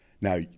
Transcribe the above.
Now